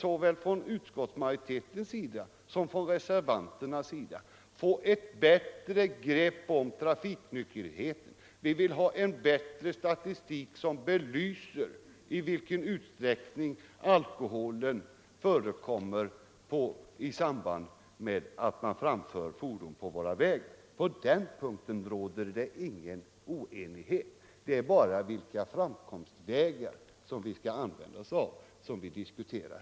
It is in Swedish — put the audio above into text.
Såväl utskottsmajoriteten som reservanterna vill få ett bättre grepp om trafiksäkerheten, vi vill ha en bättre statistik som belyser i vilken utsträckning alkohol förekommer hos förare som framför fordon på våra vägar. På den punkten råder det ingen oenighet mellan oss. Det är bara fram Nr 139 komstvägarna som vi diskuterar.